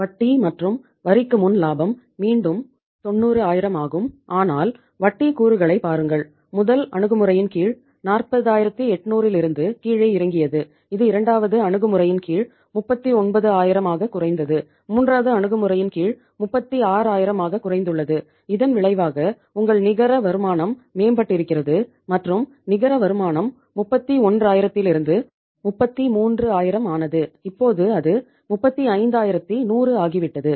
வட்டி மற்றும் வரிக்கு முன் லாபம் மீண்டும் 90000 ஆகும் ஆனால் வட்டி கூறுகளைப் பாருங்கள் முதல் அணுகுமுறையின் கீழ் 40800 இலிருந்து கீழே இறங்கியது இது இரண்டாவது அணுகுமுறையின் கீழ் 39000 ஆக குறைந்தது மூன்றாவது அணுகுமுறையின் கீழ் 36000 ஆகக் குறைந்துள்ளது இதன் விளைவாக உங்கள் நிகர வருமானம் மேம்பட்டிருக்கிறது மற்றும் நிகர வருமானம் 31000 இலிருந்து 33000 ஆனது இப்போது அது 35100 ஆகிவிட்டது